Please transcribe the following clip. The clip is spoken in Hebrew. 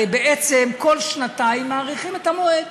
הרי בעצם כל שנתיים דוחים את המועד,